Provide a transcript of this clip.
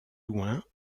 loin